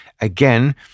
again